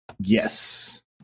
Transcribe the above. Yes